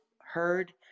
heard